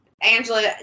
Angela